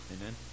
Amen